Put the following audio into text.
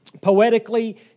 Poetically